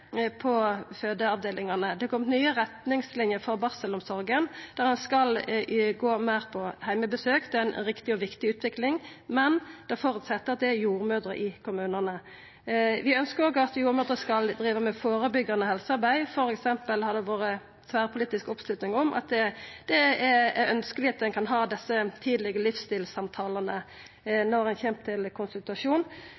på fødeavdelingane. Det har kome nye retningslinjer for barselomsorga der ein skal gå meir på heimebesøk. Det er ei riktig og viktig utvikling, men det føreset at det er jordmødrer i kommunane. Vi ønskjer òg at jordmødrer skal driva med førebyggjande helsearbeid. For eksempel har det vore tverrpolitisk oppslutning om at det er ønskjeleg at ein kan ha desse tidlege livsstilssamtalane